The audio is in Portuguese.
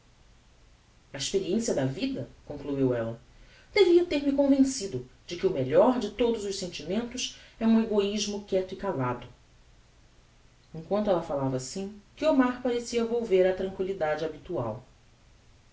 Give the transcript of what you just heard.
a experiencia da vida concluiu ella devia ter-me convencido de que o melhor de todos os sentimentos é um egoismo quieto e calado em quanto ella falava assim guiomar parecia volver a tranquilidade habitual